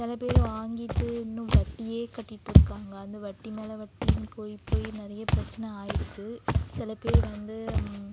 சில பேர் வாங்கிட்டு இன்னும் வட்டியே கட்டிட்டிருக்காங்க அது வட்டி மேல் வட்டின்னு போய் போய் நிறைய பிரச்சினை ஆகியிருக்கு சில பேர் வந்து